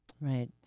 right